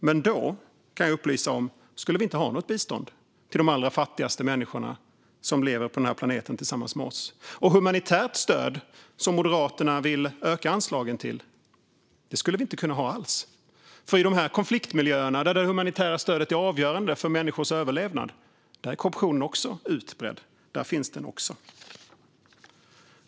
Men jag kan upplysa om att vi då inte skulle ha något bistånd till de allra fattigaste människorna som lever på den här planeten tillsammans med oss. Humanitärt stöd, som Moderaterna vill öka anslagen till, skulle vi inte kunna ha alls. I de konfliktmiljöer där det humanitära stödet är avgörande för människors överlevnad är korruptionen också utbredd. Den finns också där.